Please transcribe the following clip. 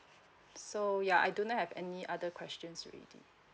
so ya I do not have any other questions already